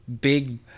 big